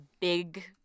big